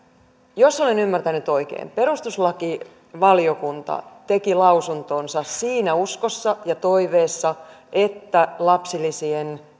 jos olen ymmärtänyt oikein perustuslakivaliokunta teki lausuntonsa siinä uskossa ja toiveessa että lapsilisien